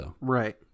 Right